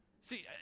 See